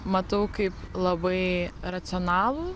matau kaip labai racionalų